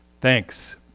Thanks